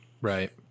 right